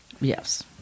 Yes